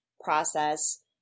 process